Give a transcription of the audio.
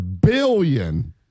billion